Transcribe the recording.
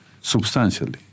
substantially